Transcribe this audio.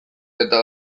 eta